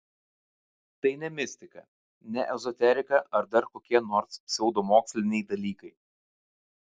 tai ne mistika ne ezoterika ar dar kokie nors pseudomoksliniai dalykai